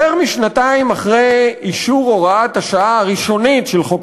יותר משנתיים לאחר אישור הוראת השעה הראשונית של חוק